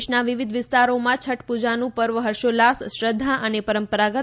દેશના વિવિધ વિસ્તારોમાં છઠ પુજાનું પર્વ હર્ષોલ્લાસ શ્રદ્ધા અને પરંપરાગત